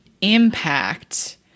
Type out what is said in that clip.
impact